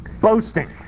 boasting